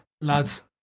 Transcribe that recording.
Lads